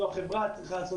זו החברה שצריכה לעשות.